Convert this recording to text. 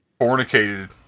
Fornicated